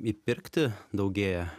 įpirkti daugėja